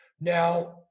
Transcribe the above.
Now